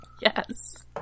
Yes